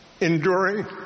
enduring